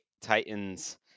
Titans